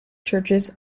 churches